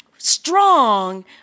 strong